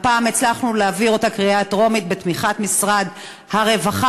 והפעם הצלחנו להעביר אותה בקריאה טרומית בתמיכת משרד הרווחה,